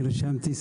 אני נרשמתי,